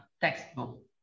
textbook